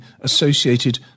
associated